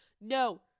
No